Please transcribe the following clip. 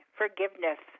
forgiveness